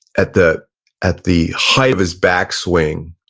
at the at the height of his back swing,